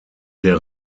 der